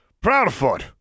Proudfoot